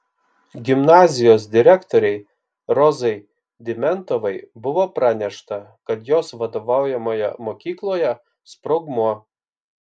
gimnazijos direktorei rozai dimentovai buvo pranešta kad jos vadovaujamoje mokykloje sprogmuo